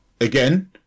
Again